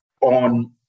on